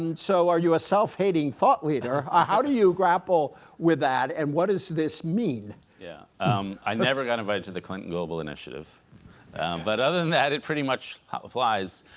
and so are you a self-hating thought-leader ah how do you grapple with that and what does this mean yeah um i never got invited to the clinton global initiative but other than that it pretty much how the flies